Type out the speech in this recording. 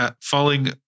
falling